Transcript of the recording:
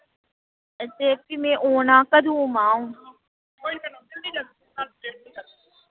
हां ते फ्ही मैं औना कदूं आवां अ'ऊं